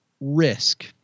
risk